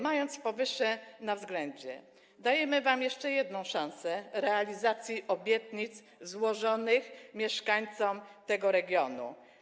Mając powyższe na względzie, dajemy wam jeszcze jedną szansę na realizację obietnic złożonych mieszkańcom tego regionu.